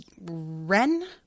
Ren